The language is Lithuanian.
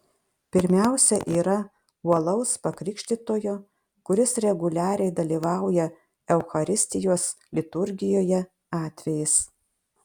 pirmiausia yra uolaus pakrikštytojo kuris reguliariai dalyvauja eucharistijos liturgijoje atvejis